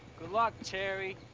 good luck, cherry.